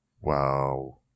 wow